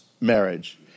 marriage